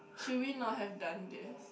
should we not have done this